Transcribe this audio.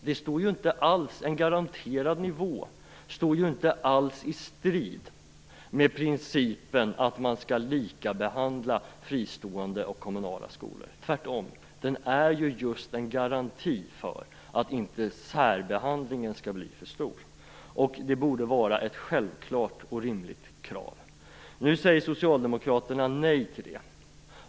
Men en garanterad nivå står ju inte alls i strid med principen att likabehandla fristående och kommunala skolor. Tvärtom är den just en garanti för att inte särbehandlingen skall bli för stor. Det borde vara ett självklart och rimligt krav. Nu säger socialdemokraterna nej till detta.